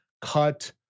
cut